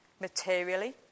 materially